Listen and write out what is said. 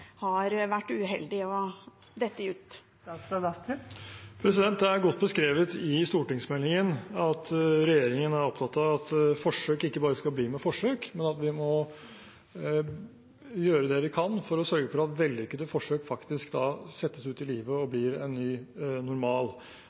har vært uheldige og falt ut? Det er godt beskrevet i stortingsmeldingen at regjeringen er opptatt av at forsøk ikke bare skal bli med forsøk, men at vi må gjøre det vi kan for å sørge for at vellykkede forsøk faktisk settes ut i livet og blir en ny normal.